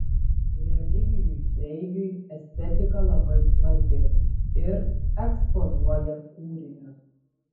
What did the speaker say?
remigijui treigiui estetika labai svarbi ir eksponuojant kūrinius